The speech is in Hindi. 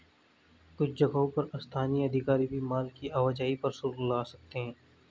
कुछ जगहों पर स्थानीय अधिकारी भी माल की आवाजाही पर शुल्क लगा सकते हैं